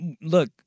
look